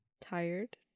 tired